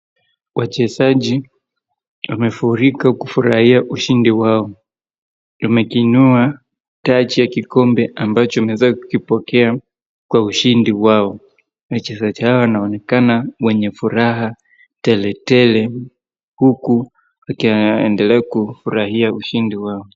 Wachezaji wamefurika kufurahia ushindi wao. Wamejiunua taji ya kikombe ambacho wameweza kukipokea kwa ushindi wao. Wachezaji hawa wanaonekana wenye furaha teletele huku wakiendela kufurahia ushindi wao.